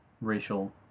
racial